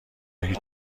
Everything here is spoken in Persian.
هیچ